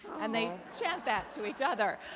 and they chant that to each other.